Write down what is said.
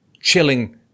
chilling